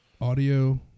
audio